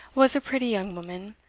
was a pretty young woman,